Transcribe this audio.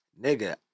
Nigga